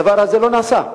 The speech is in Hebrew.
הדבר הזה לא נעשה.